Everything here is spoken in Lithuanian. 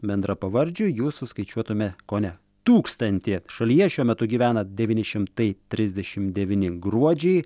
bendrapavardžių jų suskaičiuotume kone tūkstantį šalyje šiuo metu gyvena devyni šimtai trisdešim devyni gruodžiai